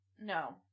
No